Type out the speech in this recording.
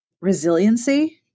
resiliency